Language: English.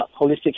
holistic